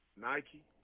Nike